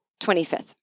25th